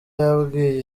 yabwiye